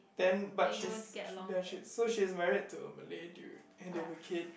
then but she's ya she's so she's married to a Malay dude and they have a kid